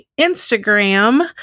Instagram